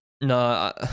no